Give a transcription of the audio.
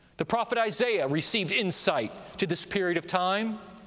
the prophet isaiah received insight to this period of time.